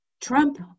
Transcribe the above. Trump